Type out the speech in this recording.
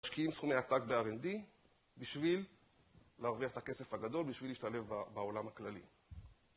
משקיעים סכומי הטאג ב-R&D בשביל להרוויח את הכסף הגדול, בשביל להשתלב בעולם הכללי.